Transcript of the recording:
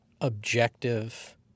objective